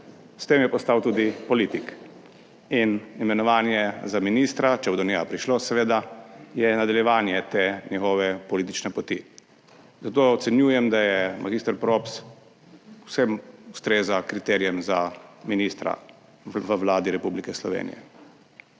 S tem je postal tudi politik in imenovanje za ministra, če bo do njega prišlo seveda, je nadaljevanje te njegove politične poti. Zato ocenjujem, da je mag. Props, vsem ustreza kriterijem za ministra v Vladi Republike Slovenije.